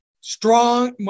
strong